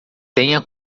tenha